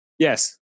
Yes